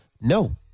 No